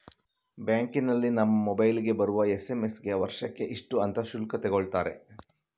ಬ್ಯಾಂಕಿನಲ್ಲಿ ನಮ್ಮ ಮೊಬೈಲಿಗೆ ಬರುವ ಎಸ್.ಎಂ.ಎಸ್ ಗೆ ವರ್ಷಕ್ಕೆ ಇಷ್ಟು ಅಂತ ಶುಲ್ಕ ತಗೊಳ್ತಾರೆ